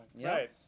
Right